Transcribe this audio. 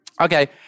okay